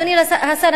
אדוני השר,